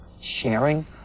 sharing